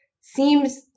seems